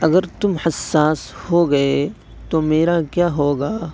اگر تم حساس ہوگئے تو میرا کیا ہوگا